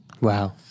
Wow